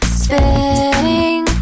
spinning